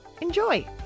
Enjoy